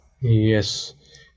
Yes